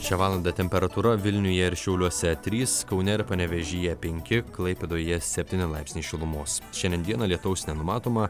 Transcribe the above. šią valandą temperatūra vilniuje ir šiauliuose trys kaune ir panevėžyje penki klaipėdoje septyni laipsniai šilumos šiandien dieną lietaus nenumatoma